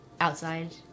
Outside